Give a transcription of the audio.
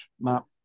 map